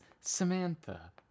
Samantha